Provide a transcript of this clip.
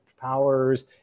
powers